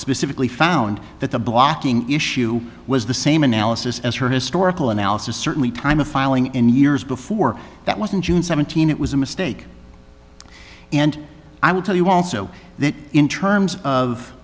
specifically found that the blocking issue was the same analysis as her historical analysis certainly time of filing in years before that wasn't june seventeen it was a mistake and i will tell you also that in terms of